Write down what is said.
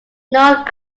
known